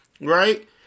right